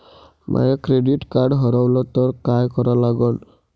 माय credit card हारवलं तर काय करा लागन?